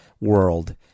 world